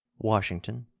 washington,